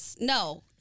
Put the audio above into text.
No